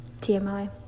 TMI